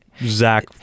Zach